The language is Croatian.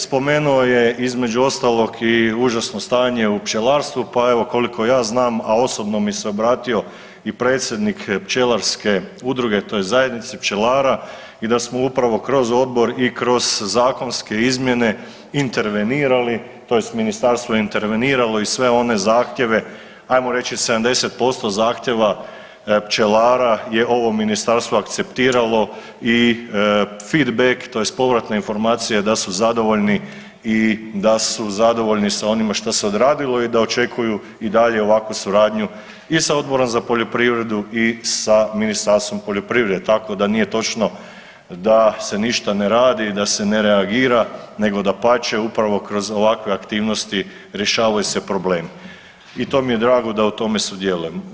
Spomenuo je između ostalog i užasno stanje u pčelarstvu, pa evo koliko ja znam, a osobno mi se obratio i predsjednik pčelarske udruge tj. zajednice pčelara i da smo upravo kroz odbor i kroz zakonske izmjene intervenirali tj. ministarstvo je interveniralo i sve one zahtjeve ajmo reći 70% zahtjeva pčelara je ovo ministarstvo akceptiralo i feedback tj. povratna informacija je da su zadovoljni i da su zadovoljni s onim što se odradilo i da očekuju i dalje ovakvu suradnji i sa Odborom za poljoprivredu i sa Ministarstvom poljoprivrede, tako da nije točno da se ništa ne radi i da se ne reagira, nego dapače upravo kroz ovakve aktivnosti rješavaju se problemi i to mi je drago da u tome sudjelujem.